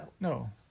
No